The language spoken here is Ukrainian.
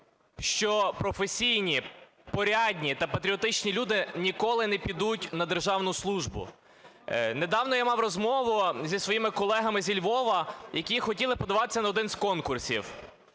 що професійні, порядні та патріотичні люди ніколи не підуть на державну службу. Недавно я мав розмову зі своїми колегами зі Львова, які хотіли подаватися на один з конкурсів.